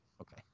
Okay